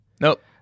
Nope